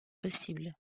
possibles